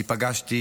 אני פגשתי